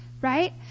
right